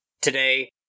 today